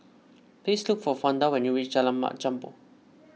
please look for Fonda when you reach Jalan Mat Jambol